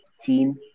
team